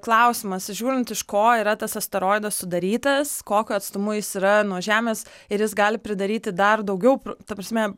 klausimas žiūrint iš ko yra tas asteroidas sudarytas kokiu atstumu jis yra nuo žemės ir jis gali pridaryti dar daugiau ta prasme